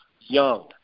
Young